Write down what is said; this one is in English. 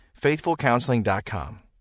FaithfulCounseling.com